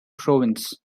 province